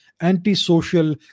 antisocial